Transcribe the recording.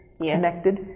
connected